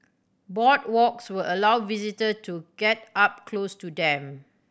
boardwalks will allow visitor to get up close to them